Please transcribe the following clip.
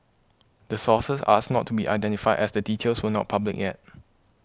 the sources asked not to be identified as the details were not public yet